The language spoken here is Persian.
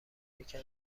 یکم